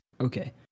Okay